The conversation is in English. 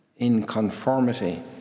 inconformity